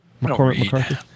McCarthy